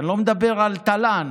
אני לא מדבר על תל"ן.